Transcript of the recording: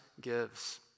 gives